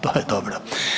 To je dobro.